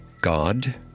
God